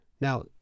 Now